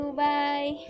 bye